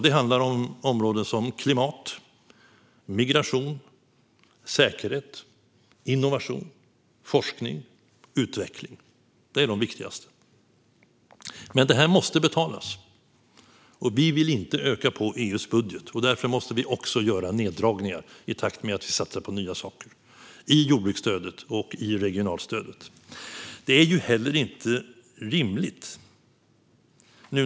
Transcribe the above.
Det handlar om områden som klimat, migration, säkerhet, innovation, forskning och utveckling. Det är de viktigaste. Detta måste dock betalas, och vi vill inte öka på EU:s budget. Därför måste vi också göra neddragningar i jordbruksstödet och i regionalstödet i takt med att vi satsar på nya saker.